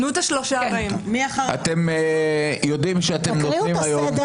אתם יודעים שאתם נותנים היום --- תקראו את הסדר